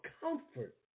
comfort